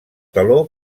taló